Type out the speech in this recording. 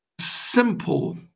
simple